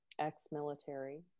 ex-military